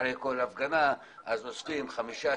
אחרי כל הפגנה אוספים חמישה,